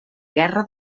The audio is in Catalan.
guerra